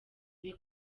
ibi